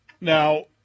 Now